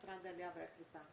משרד העלייה והקליטה.